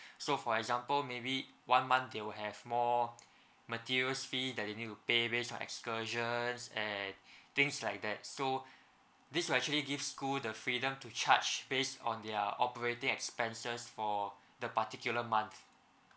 so for example maybe one month they will have more material's fee that you need to pay based on excursions and things like that so this will actually give school the freedom to charge based on their operating expenses for the particular month